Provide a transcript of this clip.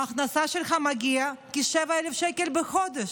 ההכנסה שלך מגיעה לכ-7,000 שקל בחודש.